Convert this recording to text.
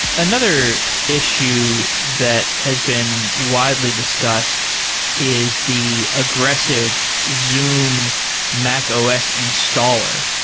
another issue that has been widely discussed is the aggressive zoom mac os installer,